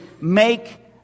make